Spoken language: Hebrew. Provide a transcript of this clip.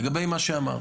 לגבי מה שאמרת,